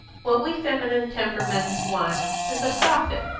what we feminine temperaments want is a prophet,